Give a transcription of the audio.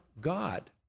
God